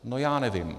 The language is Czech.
No, já nevím.